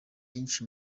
byinshi